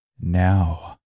now